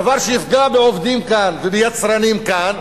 דבר שיפגע בעובדים כאן וביצרנים כאן,